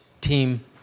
team